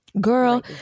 girl